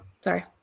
sorry